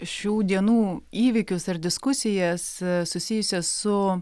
šių dienų įvykius ar diskusijas susijusias su